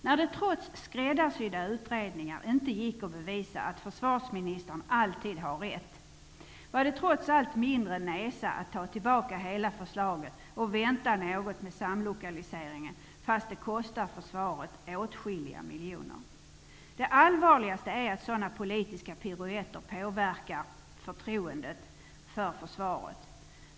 När det trots skräddarsydda utredningar inte gick att bevisa att försvarsministern alltid har rätt, var det trots allt mindre nesa att ta tillbaka hela förslaget och vänta något med samlokaliseringen, fastän det kostar försvaret åtskilliga miljoner. Det allvarligaste är att sådana politiska piruetter påverkar förtroendet för försvaret.